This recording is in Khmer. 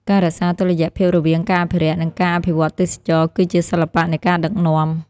ការរក្សាតុល្យភាពរវាងការអភិរក្ស និងការអភិវឌ្ឍទេសចរណ៍ គឺជាសិល្បៈនៃការដឹកនាំ។